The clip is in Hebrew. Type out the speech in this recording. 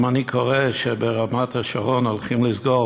אם אני קורא שברמת-השרון הולכים לסגור